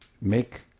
make